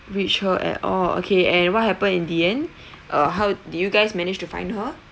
reach her at all okay and what happened in the end uh how did you guys manage to find her